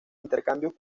intercambios